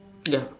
ya